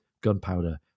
gunpowder